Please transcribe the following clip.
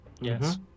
Yes